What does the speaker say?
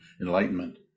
enlightenment